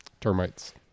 Termites